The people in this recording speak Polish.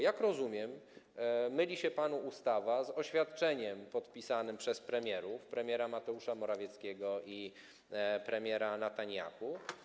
Jak rozumiem, myli się panu ustawa z oświadczeniem podpisanym przez premierów, premiera Mateusza Morawieckiego i premiera Netanjahu.